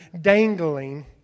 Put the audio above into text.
dangling